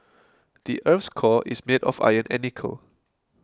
the earth's core is made of iron and nickel